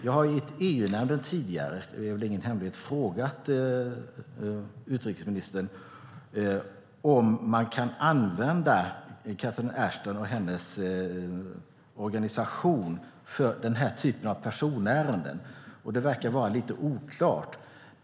Jag har i EU-nämnden tidigare frågat utrikesministern om man kan använda Catherine Ashton och hennes organisation för den här typen av personärenden. Det verkar vara lite oklart.